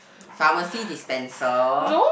pharmacy dispenser